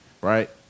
right